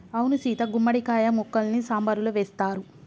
అవును సీత గుమ్మడి కాయ ముక్కల్ని సాంబారులో వేస్తారు